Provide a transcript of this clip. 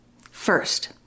First